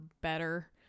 better